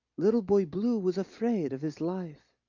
little boy blue was afraid of his life.